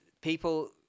people